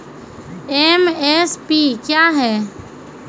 MSP क्या है?